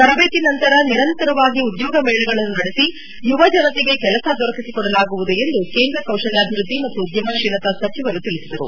ತರಬೇತಿ ನಂತರ ನಿರಂತರವಾಗಿ ಉದ್ನೋಗ ಮೇಳಗಳನ್ನು ನಡೆಸಿ ಯುವ ಜನತೆಗೆ ಕೆಲಸ ದೊರಕಿಸಿಕೊಡಲಾಗುವುದು ಎಂದು ಕೇಂದ್ರ ಕೌಶಲ್ಯಾಭಿವೃದ್ದಿ ಮತ್ತು ಉದ್ಯಮಶೀಲತಾ ಸಚಿವರು ತಿಳಿಸಿದರು